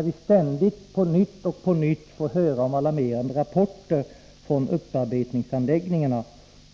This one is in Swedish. Vi får ständigt höra nya alarmerande rapporter från upparbetningsanläggningarna,